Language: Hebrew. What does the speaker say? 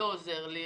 לא עוזר לי.